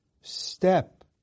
step